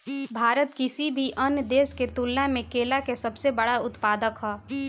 भारत किसी भी अन्य देश की तुलना में केला के सबसे बड़ा उत्पादक ह